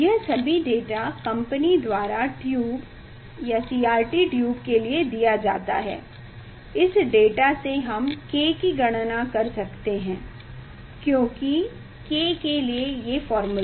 यह सभी data company द्वारा ट्यूब CRT ट्यूब के लिए दिया जाता है इस डेटा से हम K की गणना कर सकते हैं क्योंकि K के लिए ये फॉर्मूला है